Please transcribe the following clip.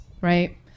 right